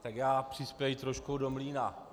Tak já přispěji trošku do mlýna.